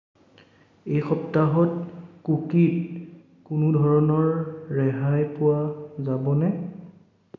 এই সপ্তাহত কুকিত কোনো ধৰণৰ ৰেহাই পোৱা যাবনে